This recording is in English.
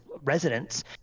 residents